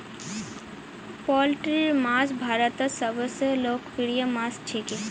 पोल्ट्रीर मांस भारतत सबस लोकप्रिय मांस छिके